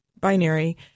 binary